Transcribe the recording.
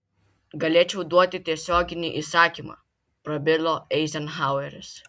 galėčiau duoti tiesioginį įsakymą prabilo eizenhaueris